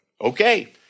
Okay